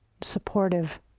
supportive